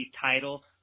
title